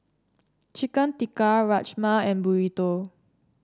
Chicken Tikka Rajma and Burrito